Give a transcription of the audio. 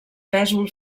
pèsol